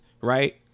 right